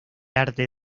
arte